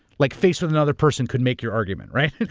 like faced with another person could make your argument, right?